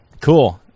Cool